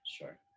Sure